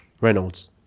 Reynolds